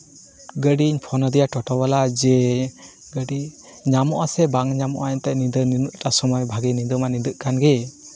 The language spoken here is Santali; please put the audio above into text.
ᱜᱟᱹᱰᱤᱧ ᱯᱷᱚᱱ ᱟᱫᱮᱭᱟ ᱴᱳᱴᱳ ᱵᱟᱞᱟ ᱡᱮ ᱜᱟᱹᱰᱤ ᱧᱟᱢᱚᱜ ᱟᱥᱮ ᱵᱟᱝ ᱧᱟᱢᱚᱜᱼᱟ ᱮᱱᱛᱮᱫ ᱧᱤᱫᱟᱹ ᱱᱤᱱᱟᱹᱜᱴᱟ ᱥᱚᱢᱚᱭ ᱵᱷᱟᱹᱜᱤ ᱧᱤᱫᱟᱹ ᱢᱟ ᱧᱤᱫᱟᱹᱜ ᱠᱟᱱ ᱜᱮ